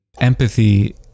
empathy